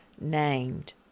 named